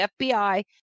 FBI